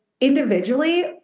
individually